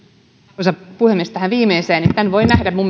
arvoisa puhemies tähän viimeiseen tämän voi nähdä